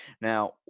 Now